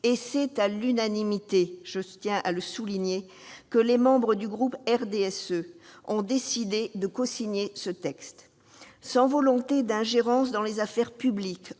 et c'est à l'unanimité, je tiens à le souligner, que les membres du groupe du RDSE ont décidé de cosigner ce texte. Sans volonté d'ingérence dans les affaires publiques